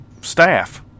staff